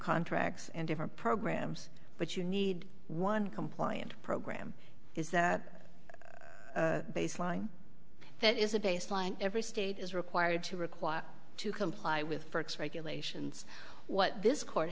contracts and different programs but you need one compliant program is that baseline that is a baseline every state is required to require to comply with perks regulations what this court